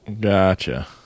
gotcha